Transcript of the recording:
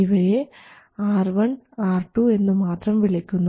ഇവയെ R1 R2 എന്നു മാത്രം വിളിക്കുന്നു